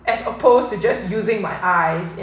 as opposed to just using my eyes